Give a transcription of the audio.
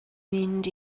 mynd